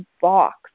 box